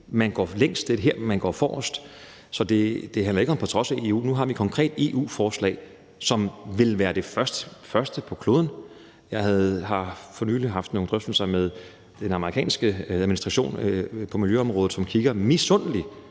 man går længst; det er her, man går forrest. Så det handler ikke om at gøre noget på trods af EU. Nu har vi et konkret EU-forslag, som vil være det første af sin slags på kloden. Jeg har for nylig haft nogle drøftelser med den amerikanske administration på miljøområdet, som kigger misundeligt